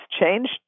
changed